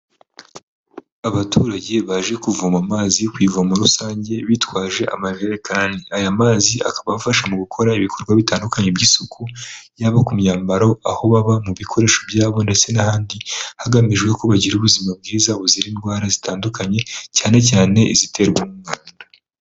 Abaturage baje kuvoma amazi ku ivomo rusange bitwaje amajekani; aya mazi akabafasha mu gukora ibikorwa bitandukanye by'isuku, yaba ku myambaro, aho baba mu bikoresho byabo, ndetse n'ahandi, hagamijwe ko bagira ubuzima bwiza buzira indwara zitandukanye, cyane cyane iziterwa n'umwanda.